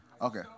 Okay